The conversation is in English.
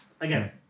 Again